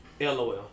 Lol